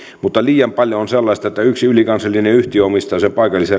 mutta liian paljon on sellaista että yksi ylikansallinen yhtiö omistaa sen